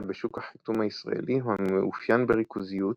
בשוק החיתום הישראלי המאופיין בריכוזיות,